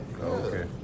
Okay